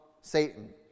Satan